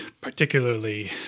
particularly